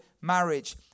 marriage